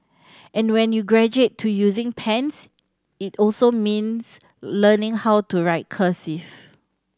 and when you graduate to using pens it also means learning how to write cursive